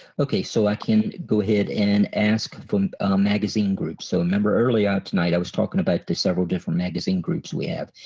okay so i can go ahead and ask for magazine groups. so remember earlier tonight i was talking about the several different magazine groups we have.